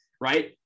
Right